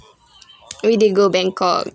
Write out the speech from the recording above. we did go bangkok